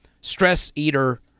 stress-eater